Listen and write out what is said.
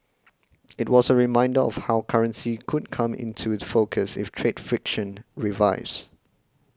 it was a reminder of how currency could come into focus if trade friction revives